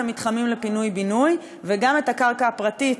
המתחמים לפינוי-בינוי וגם את הקרקע הפרטית,